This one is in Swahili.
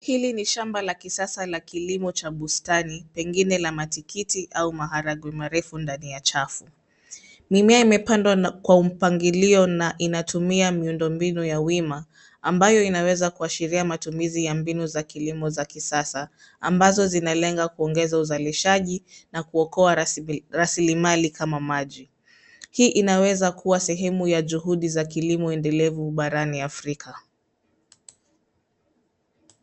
Hili ni shamba la kisasa la kilimo cha bustani pengine la matikiti au maharagwe marefu ndani ya chafu .Mimea imepandwa kwa mpangilio na inatumia miundo mbinu ya wima ambayo inaweza kuwashiria matumizi za mbinu ya kilimo cha kisasa ambazo zinalenga kuongeza uzalishaji na kuokuoa rasilimali kama maji .Hii inaweza kuwa sehemu ya juhundi endelevu barani Afrika.